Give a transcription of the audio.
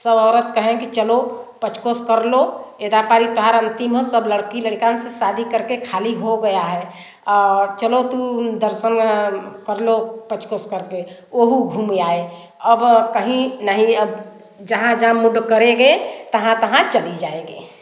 सब औरत कहें की चलो पंचकोश कर लो एदा पारी तोहार अंतिम ह सब लड़की लड़का से शादी करके खाली हो गया है चलो तुम दर्शन कर लो पंचकोश करके वहाँ घूम आए अब कहीं नहीं अब जहाँ जहाँ मूड करेंगे तहाँ तहाँ चली जाएँगे